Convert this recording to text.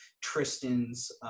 Tristan's